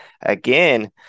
again